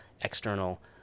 external